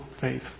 faith